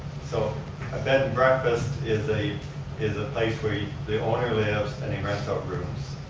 so ah bed and breakfast is a is a place where the owner lives and he rents out rooms.